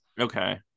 Okay